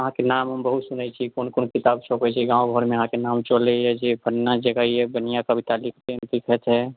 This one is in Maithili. अहाँकेँ नाम हम बहुत सुनैत छी कौन कौन किताब छपैत छी गाँव घरमे अहाँकेँ नाम चलैया जे कहैया जे बढ़िआँ कविता लिखैत छै